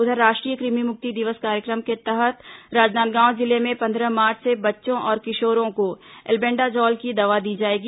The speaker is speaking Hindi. उधर राष्ट्रीय कृमि मुक्ति दिवस कार्यक्रम के तहत राजनांदगांव जिले में पंद्रह मार्च से बच्चों और किशोरों को एल्बेंडाजॉल की दवा दी जाएगी